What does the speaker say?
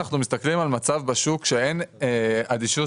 אנחנו מסתכלים על מצב בשוק שבו אין אדישות